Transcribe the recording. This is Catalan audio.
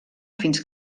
fins